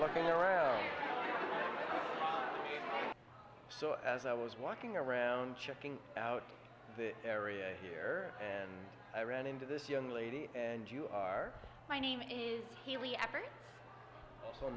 looking around so as i was walking around checking out the area here i ran into this young lady and you are my name is here we